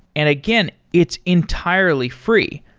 and again, it's entirely free,